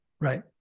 Right